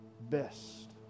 best